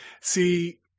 See